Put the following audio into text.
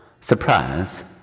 Surprise